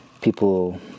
people